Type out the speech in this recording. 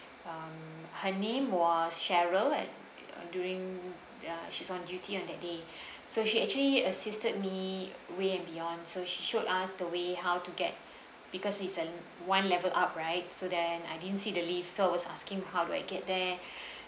um her name was cheryl at uh during uh she's on duty on that day so she actually assisted me way and beyond so she showed us the way how to get because it's a one level up right so then I didn't see the lift so I was asking how do I get there